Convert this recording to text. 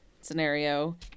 scenario